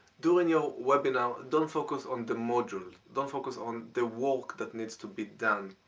during you know webinar, don't focus on the module don't focus on the work that needs to be done.